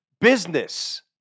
business